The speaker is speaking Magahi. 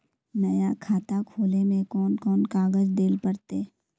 नया खाता खोले में कौन कौन कागज देल पड़ते?